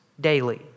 daily